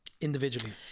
Individually